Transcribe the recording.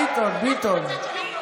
ביטון, ביטון.